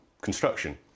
construction